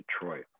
Detroit